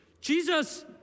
Jesus